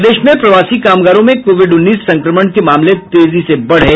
प्रदेश में प्रवासी कामगारों में कोविड उन्नीस संक्रमण के मामले तेजी से बढ़े